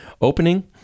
Opening